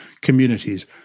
communities